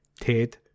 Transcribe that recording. Ted